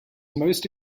most